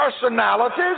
personalities